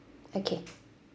okay